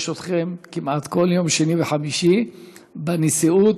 שקיים ואנחנו רוצים שזה מה שיקרה,